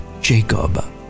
Jacob